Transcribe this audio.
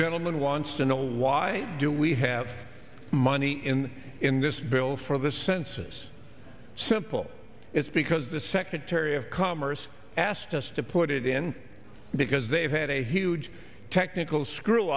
gentleman wants to know why do we have money in in this bill for the census simple it's because the secretary of commerce asked us to put it in because they had a huge technical screw